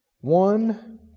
one